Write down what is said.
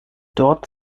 dort